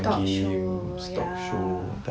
talk show ya